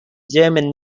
german